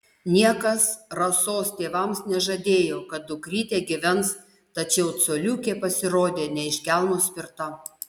niekas rasos tėvams nežadėjo kad dukrytė gyvens tačiau coliukė pasirodė ne iš kelmo spirta